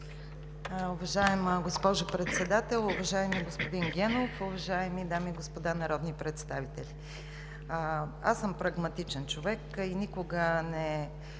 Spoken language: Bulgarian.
Уважаема госпожо Председател, уважаеми господин Генов, уважаеми дами и господа народни представители! Аз съм прагматичен човек и никога не